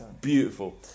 beautiful